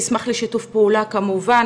ואשמח לשיתוף פעולה, כמובן.